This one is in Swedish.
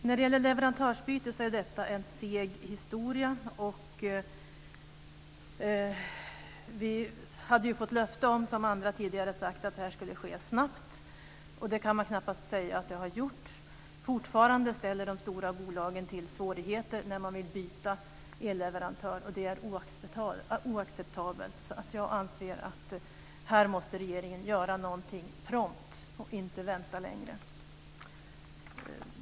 Frågan om leverantörsbyte är en seg historia. Som andra tidigare har sagt hade vi fått löfte om att det skulle ske snabbt. Det kan man knappast säga att det har gjort. De stora bolagen ställer fortfarande till svårigheter när man vill byta elleverantör, och det är oacceptabelt. Jag anser att regeringen måste göra någonting här prompt och inte vänta längre.